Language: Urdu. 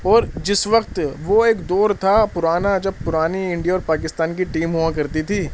اور جس وقت وہ ایک دور تھا پرانا جب پرانی انڈیا اور پاکستان کی ٹیم ہوا کرتی تھی